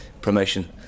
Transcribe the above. promotion